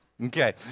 Okay